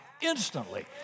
instantly